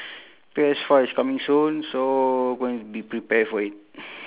P_S four is coming soon so going to be prepare for it